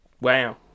Wow